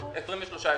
23 יישובים.